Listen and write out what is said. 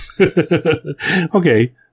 Okay